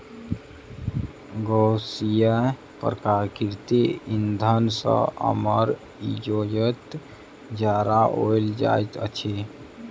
गैसीय प्राकृतिक इंधन सॅ अमर ज्योति जराओल जाइत अछि